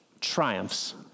triumphs